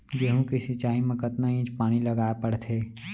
गेहूँ के सिंचाई मा कतना इंच पानी लगाए पड़थे?